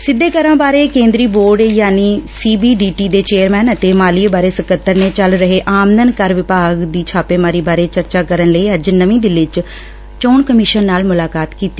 ਸਿੱਧੇ ਕਰਾ ਬਾਰੇ ਕੇਂਦਰੀ ਬੋਰਡ ਯਾਨੀ ਸੀ ਬੀ ਡੀ ਟੀ ਦੇ ਚੇਅਰਮੈਨ ਅਤੇ ਮਾਲੀਏ ਬਾਰੇ ਸਕੱਤਰ ਨੇ ਚਲ ਰਹੇ ਆਮਦਨ ਕਰ ਵਿਭਾਗ ਦੀ ਛਾਪੇਮਾਰੀ ਬਾਰੇ ਚਰਚਾ ਕਰਨ ਲਈ ਅੱਜ ਨਵੀਂ ਦਿੱਲੀ ਚ ਚੋਣ ਕਮਿਸ਼ਨ ਨਾਲ ਮੁਲਾਕਾਤ ਕੀਤੀ